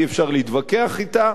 אי-אפשר להתווכח אתה.